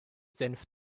senf